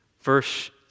Verse